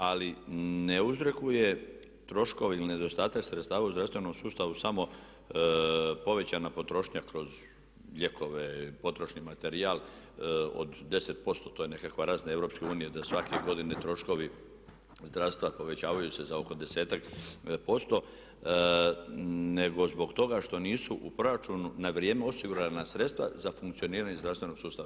Ali ne uzrokuje troškove i nedostatak sredstava u zdravstvenom sustavu samo povećana potrošnja kroz lijekove, potrošni materijal od 10%, to je nekakva razina EU da svake godine troškovi zdravstva povećavaju se za oko 10-ak posto nego zbog toga što nisu u proračunu na vrijeme osigurana sredstva za funkcioniranje zdravstvenog sustava.